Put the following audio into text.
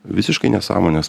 visiškai nesąmones